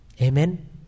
Amen